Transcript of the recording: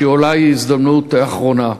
שהיא אולי הזדמנות אחרונה.